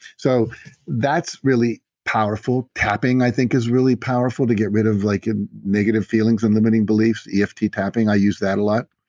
so that's really powerful tapping i think is really powerful to get rid of like ah negative feelings and limiting beliefs, eft tapping. i use that a lot.